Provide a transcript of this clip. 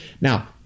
Now